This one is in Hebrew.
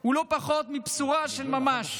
הוא לא פחות מבשורה של ממש